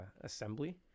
assembly